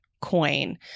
coin